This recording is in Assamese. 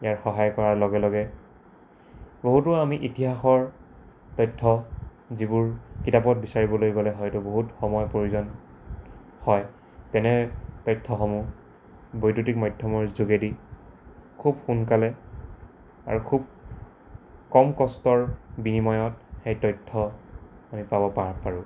ইয়াৰ সহায় কৰাৰ লগে লগে বহুতো আমি ইতিহাসৰ তথ্য যিবোৰ কিতাপত বিচাৰিবলৈ গ'লে হয়তো বহুত সময় প্ৰয়োজন হয় তেনে তথ্যসমূহ বৈদ্যুতিক মাধ্যমৰ যোগেদি খুব সোনকালে আৰু খুব কম কষ্টৰ বিনিময়ত সেই তথ্য আমি পাব পাৰোঁ